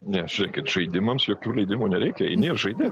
ne žiūrėkit žaidimams jokių leidimų nereikia eini ir žaidi